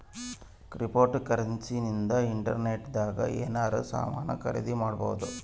cryptocurrency ಇಂದ internet ದಾಗ ಎನಾರ ಸಾಮನ್ ಖರೀದಿ ಮಾಡ್ಬೊದು